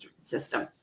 system